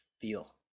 feel